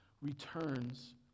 returns